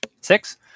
Six